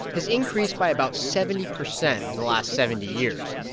has increased by about seventy percent in the last seventy years.